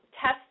test